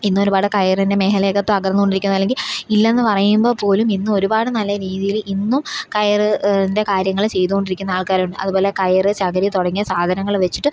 ഇന്നൊരുപാട് കയറിൻ്റെ മേഘലയൊക്കെ തകർന്നുകൊണ്ടിരിക്കുന്ന അല്ലെങ്കിൽ ഇല്ലെന്ന് പറയുമ്പംപോലുമിന്നുമൊരുപാട് നല്ല രീതിയിൽ ഇന്നും കയറിൻ്റെ കാര്യങ്ങൾ ചെയ്തുകൊണ്ടിരിക്കുന്ന ആൾക്കാരുണ്ട് അതുപോലെ കയർ ചകിരി തുടങ്ങിയ സാധനങ്ങൾ വച്ചിട്ട്